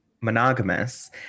monogamous